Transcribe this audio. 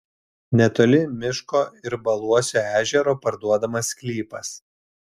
netoli miško ir baluosio ežero parduodamas sklypas